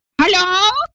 Hello